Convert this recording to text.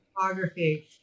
photography